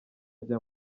ajya